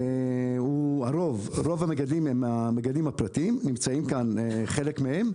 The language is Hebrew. רוב המגדלים הם פרטיים, נמצאים כאן חלק מהם,